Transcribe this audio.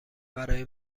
برای